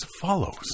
follows